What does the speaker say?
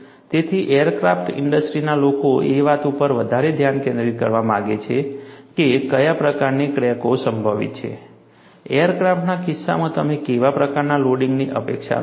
તેથી એરક્રાફ્ટ ઇન્ડસ્ટ્રીના લોકો એ વાત ઉપર વધારે ધ્યાન કેન્દ્રિત કરવા માગે છે કે કયા પ્રકારની ક્રેકો સંભવિત છે એરક્રાફ્ટના કિસ્સામાં તમે કેવા પ્રકારના લોડિંગની અપેક્ષા રાખશો